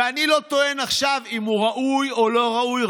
ואני לא טוען עכשיו אם הוא ראוי או לא ראוי,